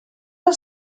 are